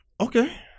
Okay